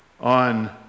on